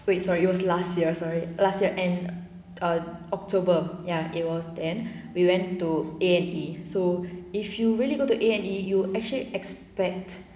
wait sorry it was last year sorry last year end err october ya it was then we went to a and e so if you really go to a and e you actually expect